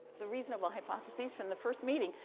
the reasonable hypotheses from the first meeting,